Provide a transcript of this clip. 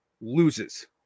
loses